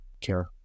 care